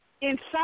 inside